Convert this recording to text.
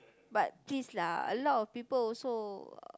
but please lah a lot of people also